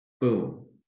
Boom